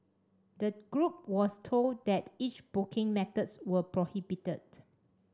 the group was told that each booking methods were prohibited